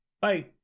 Bye